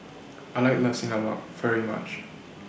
I like Nasi Lemak very much